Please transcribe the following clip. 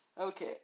Okay